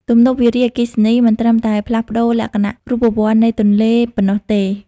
ទំនប់វារីអគ្គិសនីមិនត្រឹមតែផ្លាស់ប្តូរលក្ខណៈរូបវន្តនៃទន្លេប៉ុណ្ណោះទេ។